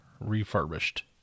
Refurbished